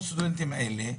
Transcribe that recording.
500 הסטודנטים האלה,